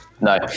No